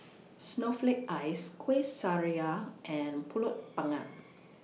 Snowflake Ice Kueh Syara and Pulut Panggang